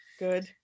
good